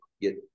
get